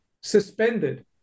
suspended